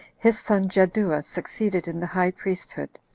his son jaddua succeeded in the high priesthood.